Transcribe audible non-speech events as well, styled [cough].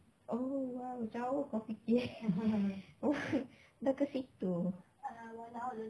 oh !wow! jauh kau fikir [laughs] dah ke situ